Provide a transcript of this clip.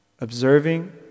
Observing